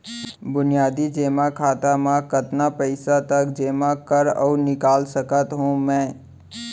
बुनियादी जेमा खाता म कतना पइसा तक जेमा कर अऊ निकाल सकत हो मैं?